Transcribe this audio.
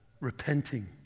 repenting